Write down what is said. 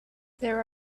there